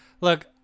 Look